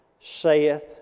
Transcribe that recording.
saith